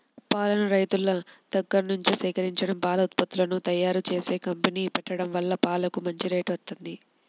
పాలను రైతుల దగ్గర్నుంచి సేకరించడం, పాల ఉత్పత్తులను తయ్యారుజేసే కంపెనీ పెట్టడం వల్ల పాలకు మంచి రేటు వత్తంది